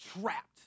trapped